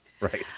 Right